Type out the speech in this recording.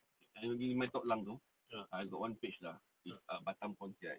F_B my toklang tu I got one page lah it's uh batam concierge